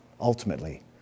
ultimately